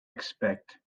expect